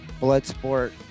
Bloodsport